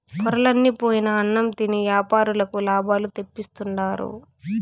పొరలన్ని పోయిన అన్నం తిని యాపారులకు లాభాలు తెప్పిస్తుండారు